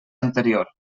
anterior